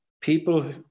people